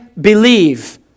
believe